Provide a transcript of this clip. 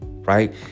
Right